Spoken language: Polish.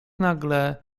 nagle